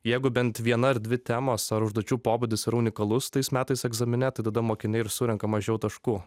jeigu bent viena ar dvi temos ar užduočių pobūdis yra unikalus tais metais egzamine tai tada mokiniai ir surenka mažiau taškų